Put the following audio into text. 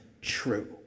true